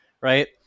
Right